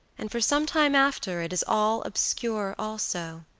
and for some time after it is all obscure also,